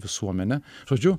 visuomenę žodžiu